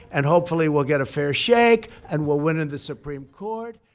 and hopefully we'll get a fair shake, and we'll win in the supreme court,